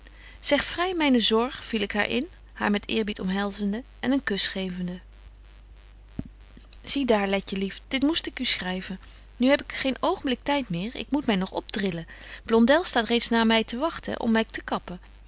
zeg vry myne zorg viel ik haar in haar met eerbied omhelzende en een kusch gevende zie daar letje lief dit moest ik u schryven nu heb ik geen oogenblik tyd meer ik moet my nog opdrillen blondèl staat reeds naar my te wagten om my te kappen